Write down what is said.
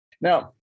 Now